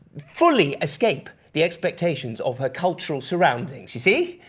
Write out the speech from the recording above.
fully escape the expectations of her cultural surroundings. you see?